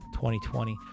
2020